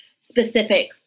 specific